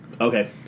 Okay